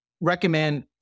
recommend